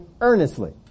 earnestly